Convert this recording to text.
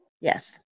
Yes